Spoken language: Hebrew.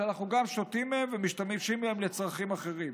שאנחנו גם שותים מהם וגם משתמשים בהם לצרכים אחרים.